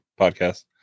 podcast